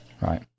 Right